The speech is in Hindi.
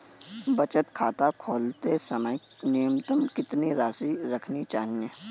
बचत खाता खोलते समय न्यूनतम कितनी राशि रखनी चाहिए?